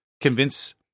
convince